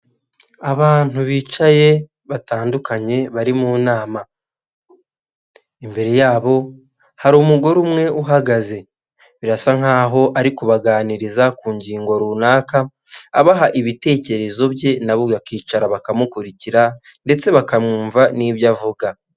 Abantu bicaye batandukanye bari m'inama imbere yabo hari umugore umwe uhagaze birasa nkaho ari kubaganiriza ku ngingo runaka abaha ibitekerezo bye nabo bakicara bakamukurikira ndetse bakamwumva n'ibyo avuga.